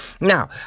Now